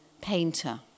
painter